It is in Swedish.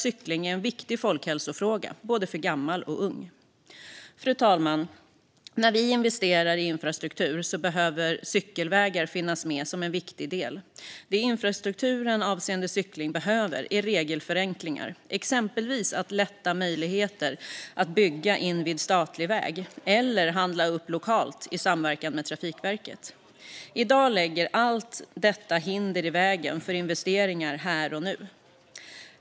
Cykling är en viktig folkhälsofråga, både för gammal och ung. Fru talman! När vi investerar i infrastruktur behöver cykelvägar finnas med som en viktig del. Det cykelinfrastrukturen behöver är regelförenklingar, exempelvis att lätta upp möjligheterna att bygga invid statlig väg eller att handla upp lokalt i samverkan med Trafikverket. I dag lägger allt detta hinder i vägen för investeringar här och nu.